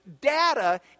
data